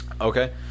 Okay